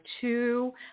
two